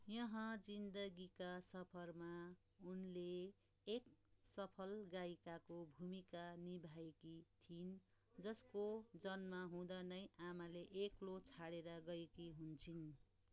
यह जिन्दगी का सफर मा उनले एक सफल गायिकाको भूमिका निभाएकी थिइन् जसको जन्म हुँदा नै आमाले एक्लो छाडेर गएकी हुन्छिन्